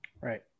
Right